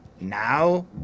Now